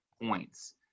points